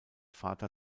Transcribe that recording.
vater